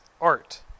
art